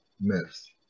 Myths